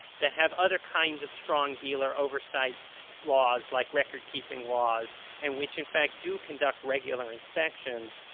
that have other kinds of strong dealer oversight laws, like record keeping laws and, which in fact, do conduct regular inspections,